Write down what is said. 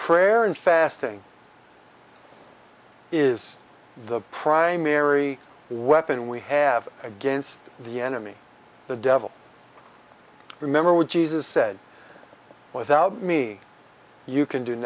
prayer and fasting is the primary weapon we have against the enemy the devil remember when jesus said without me you can do